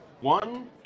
one